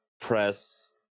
press